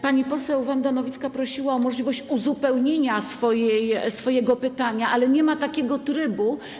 Pani poseł Wanda Nowicka prosiła o możliwość uzupełnienia swojego pytania, ale nie ma takiego trybu.